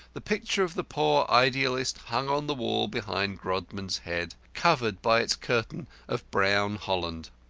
the picture of the poor idealist hung on the wall behind grodman's head, covered by its curtain of brown holland.